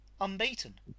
unbeaten